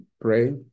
pray